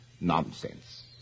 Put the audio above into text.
nonsense